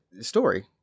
story